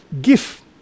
gift